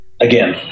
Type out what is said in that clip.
again